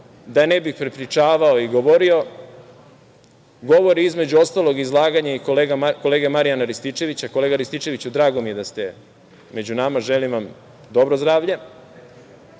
da ne bih prepričavao i govorio, govori između ostalog i izlaganje kolege Marijana Rističevića. Kolega Rističeviću, drago mi je da ste među nama, želim vam dobro zdravlje,